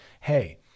Hey